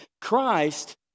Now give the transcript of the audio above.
Christ